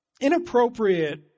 Inappropriate